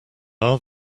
are